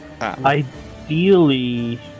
Ideally